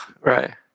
Right